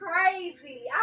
crazy